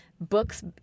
books